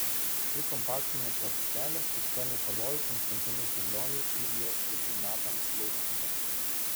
ši kompaktinė plokštelė skirta mikalojui konstantinui čiurlioniui ir jo studijų metams leipcige